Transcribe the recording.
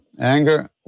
Anger